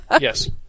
Yes